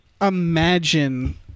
imagine